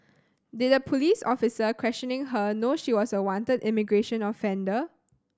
did the police officer questioning her know she was a wanted immigration offender